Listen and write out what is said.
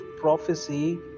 prophecy